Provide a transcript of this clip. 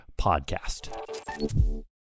podcast